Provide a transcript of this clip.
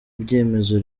byemezo